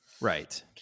Right